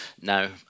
now